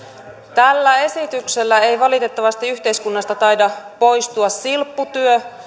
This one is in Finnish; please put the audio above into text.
tällä esityksellä ei valitettavasti yhteiskunnasta taida poistua silpputyö